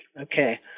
Okay